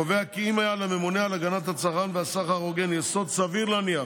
קובע כי אם היה לממונה להגנת הצרכן והסחר ההוגן יסוד סביר להניח